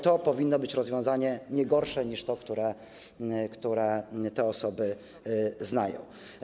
To powinno być rozwiązanie nie gorsze niż to, które te osoby znają.